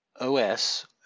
OS